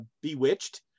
Bewitched